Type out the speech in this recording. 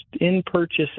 in-purchase